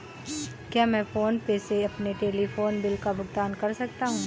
क्या मैं PhonePe से अपने टेलीफोन बिल का भुगतान कर सकता हूँ?